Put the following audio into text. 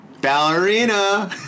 Ballerina